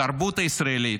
התרבות הישראלית,